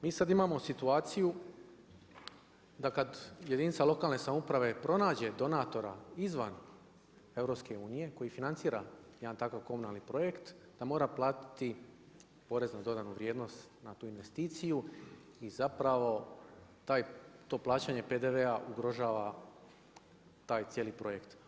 Mi sada imamo situaciju da kada jedinica lokalne samouprave pronađe donatora izvan EU, koji financira jedan takav komunalni projekt da mora platiti porez na dodanu vrijednost na tu investiciju i zapravo to plaćanje PDV-a ugrožava taj cijeli projekt.